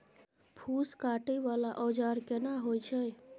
फूस काटय वाला औजार केना होय छै?